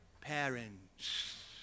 parents